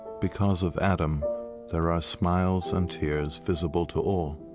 because of adam there are smiles and tears visible to all.